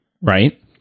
right